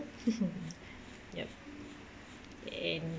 yup and